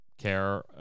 care